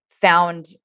found